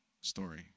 story